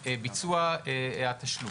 ביצוע התשלומים.